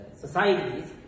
societies